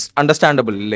understandable